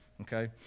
okay